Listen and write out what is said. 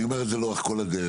אני אומר את זה לאורך כל הדרך,